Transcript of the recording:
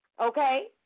okay